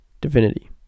divinity